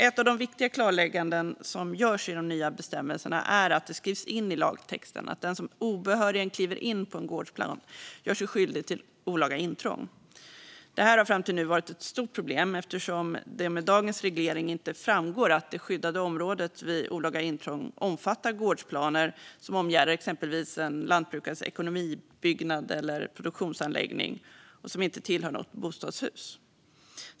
Ett av de viktiga klarlägganden som görs i de nya bestämmelserna är att det skrivs in i lagtexten att den som obehörigen kliver in på en gårdsplan gör sig skyldig till olaga intrång. Detta har fram till nu varit ett stort problem eftersom det med dagens reglering inte framgår att det skyddade området vid olaga intrång omfattar gårdsplaner som omgärdar exempelvis en lantbrukares ekonomibyggnader eller produktionsanläggningar och som inte tillhör något bostadshus.